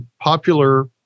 popular